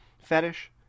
fetish